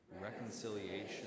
reconciliation